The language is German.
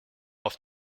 auf